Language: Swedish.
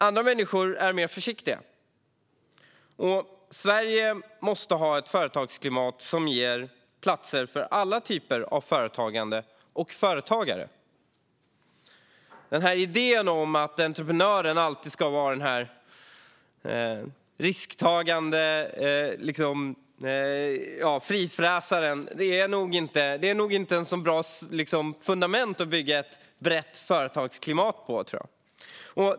Andra människor är mer försiktiga, och Sverige måste ha ett företagsklimat som ger plats för alla typer av företagande och företagare. Idén om att entreprenören alltid ska vara en risktagande frifräsare är inget bra fundament att bygga ett brett företagsklimat på.